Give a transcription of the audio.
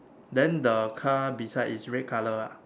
then the car beside is red colour lah